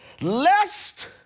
lest